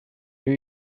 new